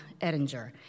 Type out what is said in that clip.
Edinger